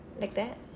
like that